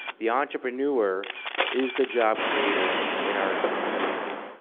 the entrepreneur is the job creator in our community.